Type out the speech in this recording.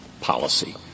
policy